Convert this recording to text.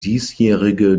diesjährige